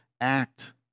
act